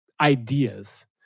ideas